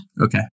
Okay